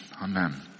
amen